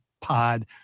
pod